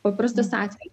paprastas atvejis